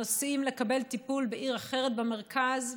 נוסעים לקבל טיפול בעיר אחרת במרכז.